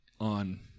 on